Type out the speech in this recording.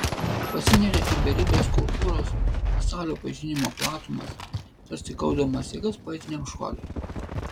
pasineria į beribes kultūros pasaulio pažinimo platumas tarsi kaupdamas jėgas poetiniam šuoliui